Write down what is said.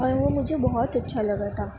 اور وہ مجھے بہت اچھا لگا تھا